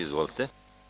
Izvolite.